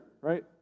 right